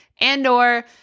and/or